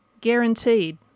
guaranteed